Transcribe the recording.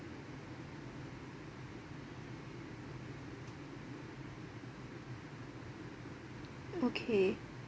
okay